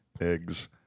eggs